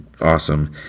awesome